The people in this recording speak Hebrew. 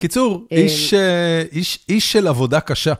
בקיצור, איש של עבודה קשה.